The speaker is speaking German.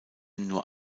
nur